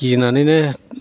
गिननानैनो